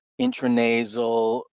intranasal